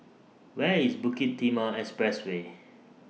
Where IS Bukit Timah Expressway